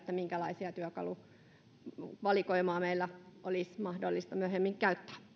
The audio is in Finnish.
minkälaista työkaluvalikoimaa meidän olisi mahdollista myöhemmin käyttää